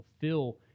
fulfill